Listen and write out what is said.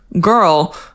girl